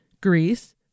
Greece